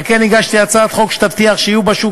על כן הגשתי הצעת חוק שתבטיח שיהיו בשוק